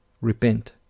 Repent